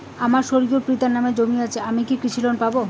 আমার স্বর্গীয় পিতার নামে জমি আছে আমি কি কৃষি লোন পাব?